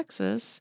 Texas